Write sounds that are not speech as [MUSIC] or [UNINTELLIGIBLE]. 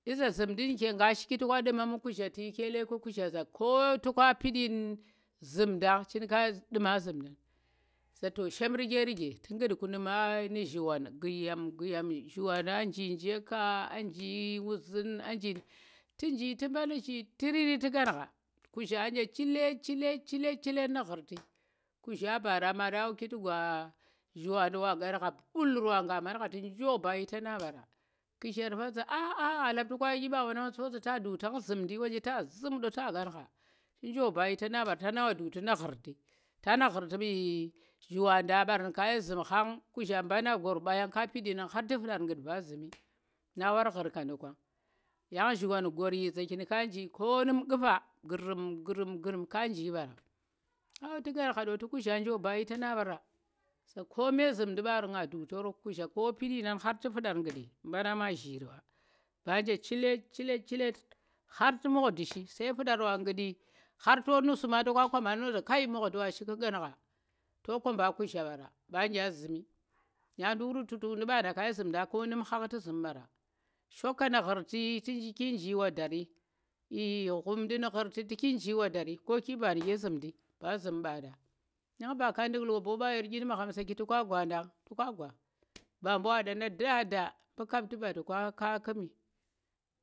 Tu̱yi keleku nu̱ kugzha izu gzu̱mdi nuke gnaka shuki toka dumamu kugzhai tu̱yi kele kugzha za ko toka pityin zu̱mda cinka du̱ma zhumdan. Zato shem rege rege tu̱u̱ kutku nu̱ ma nu gzhiwan ghuyam ghuyam ghuyam gzhiwaƙa nji njeka a nji wuzin tu̱ nji tu̱ [UNINTELLIGIBLE] tu nji mban ti zhig tiriri tu̱ kungzha kujha nje chilet chilet nu ghurti. Kughza bara mara naɗaki tu̱gwa gzhiwaɗan wa kangha pullur wa nga mban gha tu̱ njoba yitana ɓara. ku̱ jhet fa za a a tukayi iɓa wana toza ta duktan zhu̱mdi wanje ta zhu̱m do ta kangna ta nchoba yitana ɓara tana wa duktu̱ ɗan gurti Tana zhurti nbu̱ zhiwa ɗan mbarayi zhu̱m mbana gurba yanka pit yinna har tu̱ fudar kuɗi ba zimi. Na war shurkaƙo kwa. Yan zhiwan cinn nji konu̱m-ƙufa [UNINTELLIGIBLE] ka nji ɓara. Za kome zinɗin ɓara gna duk roro. Ko pit yinang miɓaa ama ghiriɓe [UNINTELLIGIBLE] anje yinan har tu̱ mukdi shi har to nusu ma toka kuɓaɗan noza kai mukdi washi ɗu̱ kangha to koɓa kughzai ɓara banje zimi nduk rotutuɗii mbaɗan komi hang tu̱ zu̱ ɓara. Shoka nu̱ ghurti tuki nji wa dari i ghumdi nu̱ ghurti tu̱ki nji wadari kuki bani dya zhu̱mdi ɓaran ba zu̱m baɓan yanba ka ndu̱k lobobɓayor inu̱ maghan saki toka gwadan ba mbu wa ɗana dada to ka kapki ba toka ƙumi.